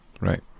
Right